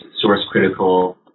source-critical